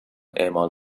اعمال